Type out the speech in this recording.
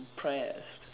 impressed